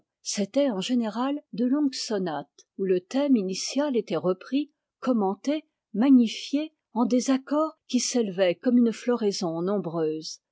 c'étaient en général de longues sonates où le thème initial était repris commenté magnifié en des accords qui s'élevaient comme une floraison nombreuse